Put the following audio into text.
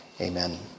amen